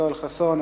יואל חסון,